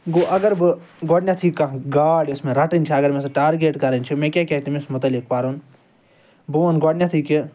گوٚو اگر بہٕ گۄڈنیٚتھے کانٛہہ گاڑ یوٚس مےٚ رَٹٕنۍ چھِ اگر مےٚ سُہ ٹارگیٚٹ کَرٕن چھِ مےٚ کیاہ کیاہ تٔمِس مُتعلِق پَرُن بہٕ وَنہٕ گۄڈنیٚتھے کہ